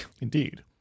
Indeed